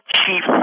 chief